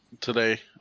today